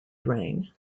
reign